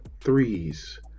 threes